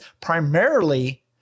primarily